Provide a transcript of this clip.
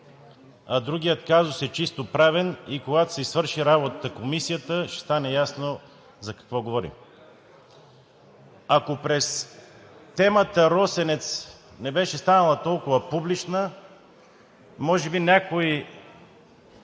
а другият казус е чисто правен и когато комисията си свърши работата, ще стане ясно за какво говорим. Ако темата „Росенец“ не беше станала толкова публична, може би някой